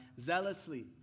zealously